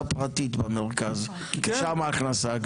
פרטית במרכז, שם ההכנסה.